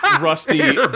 Rusty